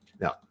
Now